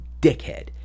dickhead